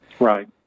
Right